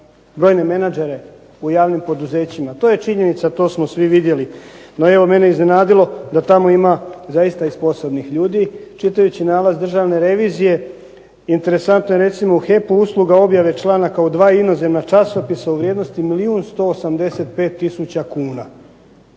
brojne menadžere u javnim poduzećima. To je činjenica, to smo svi vidjeli. No, evo mene je iznenadilo da tamo ima zaista i sposobnih ljudi. Čitajući nalaz Državne revizije interesantno je recimo "HEP-u" usluga objave članaka u 2 inozemna časopisa u vrijednosti milijun